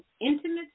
intimate